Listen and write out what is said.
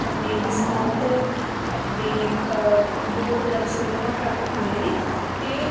ਆਪਣੇ ਡਿਸਕਾਊਂਟ ਆਪਣੇ ਬਹੁਤ ਜ਼ਿਆਦਾ ਸੁਵਿਧਾਵਾਂ ਪ੍ਰਾਪਤ ਹੋਈਆਂ ਨੇ ਅਤੇ